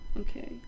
Okay